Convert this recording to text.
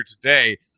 today